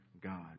God